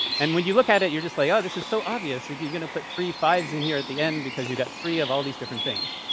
and when you look at it, you're just like, oh. this is so obvious. like, you're going to put three five s in here at the end, because you've got three of all these different things.